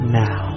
now